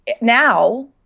now